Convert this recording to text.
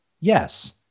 Yes